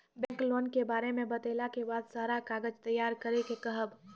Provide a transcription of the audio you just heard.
Bank loan के बारे मे बतेला के बाद सारा कागज तैयार करे के कहब?